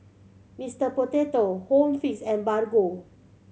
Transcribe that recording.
Mister Potato Home Fix and Bargo